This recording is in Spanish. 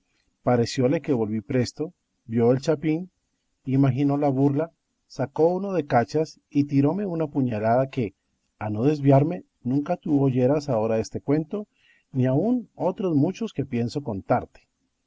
parecióle que volví presto vio el chapín imaginó la burla sacó uno de cachas y tiróme una puñalada que a no desviarme nunca tú oyeras ahora este cuento ni aun otros muchos que pienso contarte